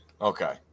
Okay